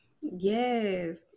Yes